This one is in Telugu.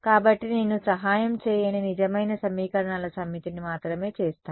కాబట్టి నేను సహాయం చేయని నిజమైన సమీకరణాల సమితిని మాత్రమే చేస్తాను